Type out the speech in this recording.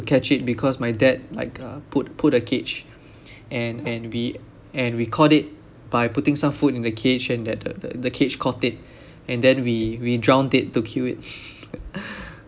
to catch it because my dad like uh put put a cage and and we and we caught it by putting some food in the cage and that the the the cage caught it and then we we drowned it to kill it